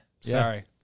sorry